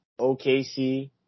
OKC